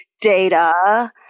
Data